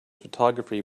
photography